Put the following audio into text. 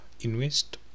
invest